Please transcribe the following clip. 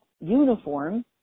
uniform